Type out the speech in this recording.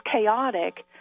chaotic